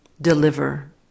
deliver